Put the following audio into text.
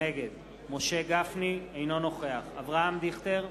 נגד משה גפני, אינו נוכח אברהם דיכטר,